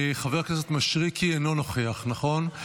חבר הכנסת מישרקי, אינו נוכח, נכון?